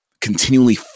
continually